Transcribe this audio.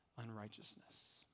unrighteousness